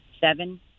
seven